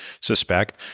suspect